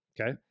Okay